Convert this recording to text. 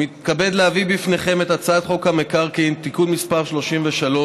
אני מתכבד להביא בפניכם את הצעת חוק המקרקעין (תיקון מס׳ 33),